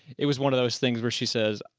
it was one of those things where she says,